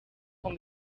van